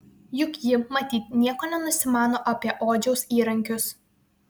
juk ji matyt nieko nenusimano apie odžiaus įrankius